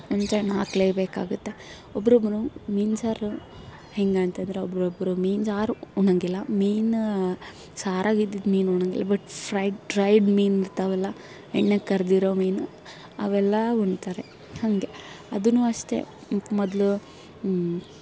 ಹುಣ್ಸೆ ಹಣ್ಣು ಹಾಕ್ಲೇಬೇಕಾಗುತ್ತೆ ಒಬ್ರಿಗುನೂ ಮೀನು ಸಾರು ಹೇಗಂತ ಅಂದ್ರೆ ಒಬ್ಬರೊಬ್ರು ಮೀನು ಸಾರು ಉಣ್ಣೋಂಗಿಲ್ಲ ಮೀನು ಸಾರಾಗಿದ್ದಿದ್ದು ಮೀನು ಉಣ್ಣೋಂಗಿಲ್ಲ ಬಟ್ ಫ್ರೈ ಡ್ರೈಡ್ ಮೀನಿರ್ತಾವಲ್ಲ ಎಣ್ಣೆಗೆ ಕರೆದಿರೋ ಮೀನು ಅವೆಲ್ಲ ಉಣ್ತಾರೆ ಹಾಗೆ ಅದೂ ಅಷ್ಟೆ ಮೊದಲು